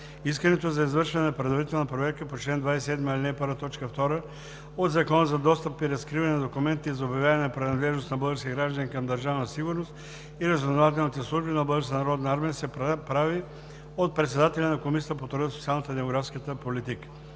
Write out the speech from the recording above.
Искането за извършване на предварителна проверка по чл. 27, ал. 1, т. 2 от Закона за достъп и разкриване на документите и за обявяване на принадлежност на български граждани към Държавна сигурност и разузнавателните служби на Българската народна армия се прави от председателя на Комисията по труда, социалната и демографската политика.